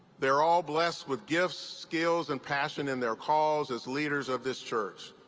they are all blessed with gifts, skills, and passion in their calls as leaders of this church.